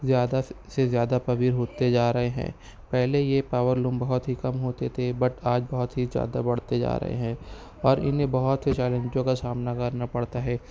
زیادہ سے زیادہ قوی ہوتے جا رہے ہیں پہلے یہ پاورلوم بہت ہی کم ہوتے تھے بٹ آج بہت ہی زیادہ بڑھتے جا رہے ہیں اور انہیں بہت ہی چیلنجوں کا سامنا کرنا پڑتا ہے